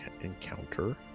encounter